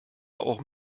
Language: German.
auch